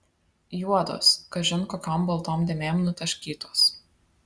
juodos kažin kokiom baltom dėmėm nutaškytos